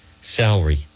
salary